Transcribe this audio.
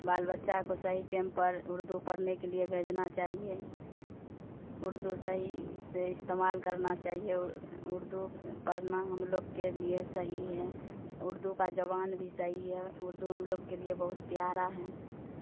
بال بچہ کو صحیح ٹیم پر اردو پڑھنے کے لیے بھیجنا چاہیے اردو صحیح سے استعمال کرنا چاہیے اردو کو پڑھنا ہم لوگ کے لیے صحیح ہے اردو کا زبان بھی صحیح ہے اردو ہم لوگ کے لیے بہت پیارا ہے